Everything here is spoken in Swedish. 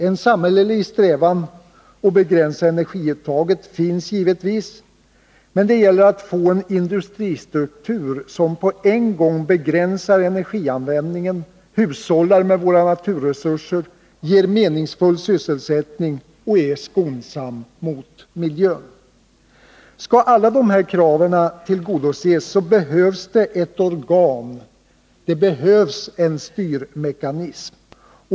En samhällelig strävan att begränsa energiuttaget finns givetvis, men det gäller att få en industristruktur som på en gång begränsar energianvändningen, hushållar med våra naturresurser, ger meningsfull sysselsättning och är skonsam mot miljön. Skall alla dessa krav tillgodoses behövs ett organ, en styrmekanism.